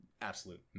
absolute